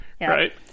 right